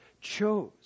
chose